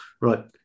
Right